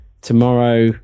Tomorrow